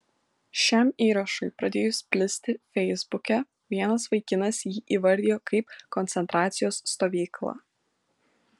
šiam įrašui pradėjus plisti feisbuke vienas vaikinas jį įvardijo kaip koncentracijos stovyklą